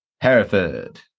Hereford